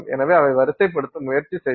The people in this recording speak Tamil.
எனவே அவை வரிசைப்படுத்த முயற்சி செய்யும்